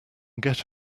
get